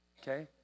Okay